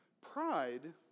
Pride